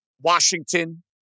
Washington